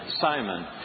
Simon